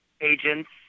agents